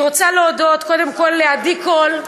אני רוצה להודות קודם כול לעדי קול,